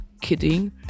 kidding